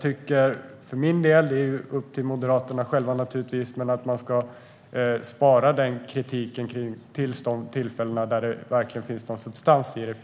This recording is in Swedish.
Det är naturligtvis upp till Moderaterna själva, men jag tycker att man ska spara kritiken till de tillfällen då det verkligen finns substans i den.